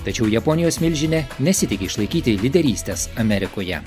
tačiau japonijos milžinė nesitiki išlaikyti lyderystės amerikoje